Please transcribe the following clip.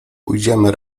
pójdziemy